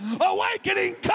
Awakening